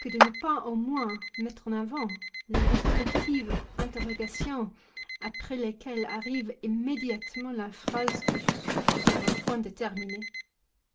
que de ne pas au moins mettre en avant les restrictives interrogations après lesquelles arrive immédiatement la phrase que je suis sur le point de